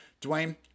Dwayne